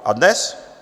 A dnes?